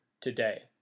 today